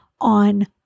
on